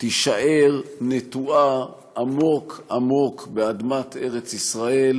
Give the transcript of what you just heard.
תישאר נטועה עמוק עמוק באדמת ארץ ישראל,